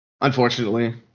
unfortunately